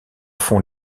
font